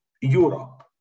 Europe